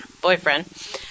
boyfriend